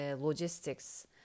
logistics